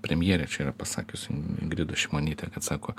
premjerė čia yra pasakiusi in ingrida šimonytė kad sako